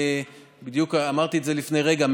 בדיוק אמרתי את זה לפני רגע,